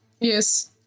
Yes